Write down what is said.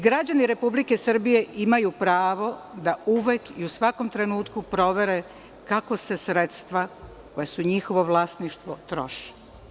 Građani Republike Srbije imaju pravo da uvek i u svakom trenutku provere kako se sredstva koja su njihovo vlasništvo troše.